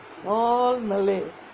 all malay